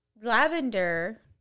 Lavender